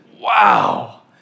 wow